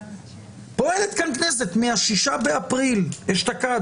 פועלת כאן כנסת מה-6 באפריל אשתקד,